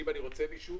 שאם אני רוצה מישהו,